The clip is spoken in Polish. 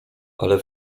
ale